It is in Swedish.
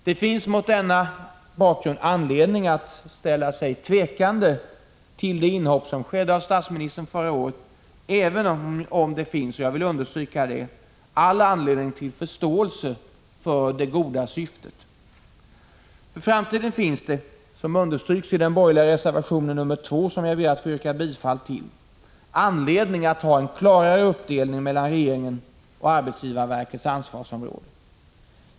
Det finns mot denna bakgrund anledning att vara tveksam till det inhopp — TCO-konflikten våren som förra året gjordes av statsministern, även om man — jag vill understryka 1985 det — kan ha förståelse för det goda syftet. För framtiden finns det, som understryks i den borgerliga reservationen nr 2, vilken jag ber att få yrka bifall till, anledning att ha en klarare uppdelning mellan regeringens och arbetsgivarverkets ansvarsområde.